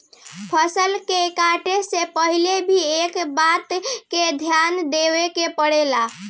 फसल के काटे से पहिले भी एह बात के ध्यान देवे के पड़ेला